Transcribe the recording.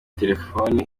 telefoni